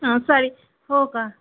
हां साडी हो का